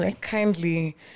Kindly